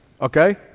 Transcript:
okay